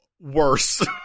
worse